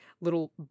little